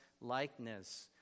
likeness